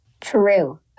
True